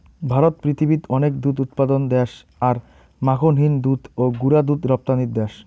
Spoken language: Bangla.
ভারত পৃথিবীত অনেক দুধ উৎপাদন দ্যাশ আর মাখনহীন দুধ ও গুঁড়া দুধ রপ্তানির দ্যাশ